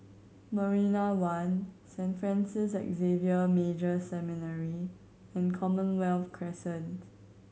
Marina One Saint Francis Xavier Major Seminary and Commonwealth Crescent